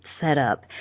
setup